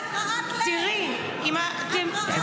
כי את רעת לב.